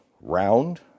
round